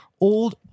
Old